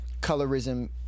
colorism